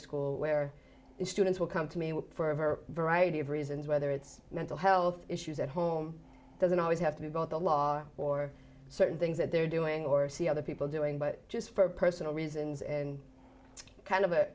school where students will come to me for her variety of reasons whether it's mental health issues at home doesn't always have to be about the law or certain things that they're doing or see other people doing but just for personal reasons and kind of